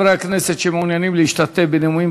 חברי הכנסת שמעוניינים להשתתף בנאומים